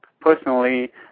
personally